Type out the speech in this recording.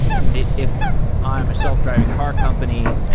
and if i am a self-driving car company,